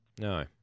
No